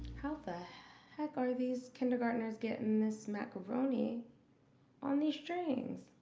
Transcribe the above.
how the heck are these kindergarteners getting this macaroni on these strings.